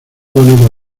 pone